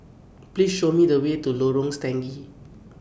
Please Show Me The Way to Lorong Stangee